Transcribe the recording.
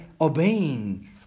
obeying